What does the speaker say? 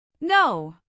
No